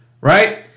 right